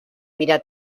mirar